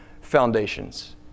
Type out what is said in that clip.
foundations